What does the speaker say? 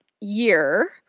year